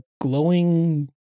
glowing